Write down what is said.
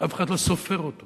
אף אחד לא סופר אותו.